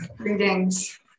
Greetings